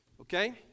okay